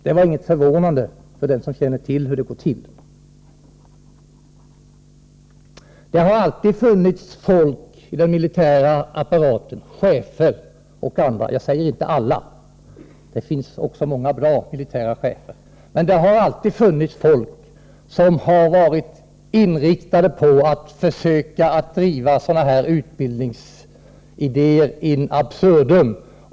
Uppgifterna var för den som känner till dessa förhållanden inte förvånande. Det har alltid i den militära apparaten funnits folk, chefer och andra — jag säger inte alla, för det finns också många bra militära chefer — som varit inriktat på att försöka driva vissa idéer in absurdum.